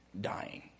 dying